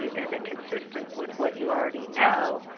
is it consistent with what you already know?